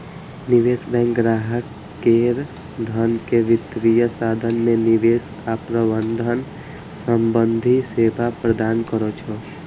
निवेश बैंक ग्राहक केर धन के वित्तीय साधन मे निवेश आ प्रबंधन संबंधी सेवा प्रदान करै छै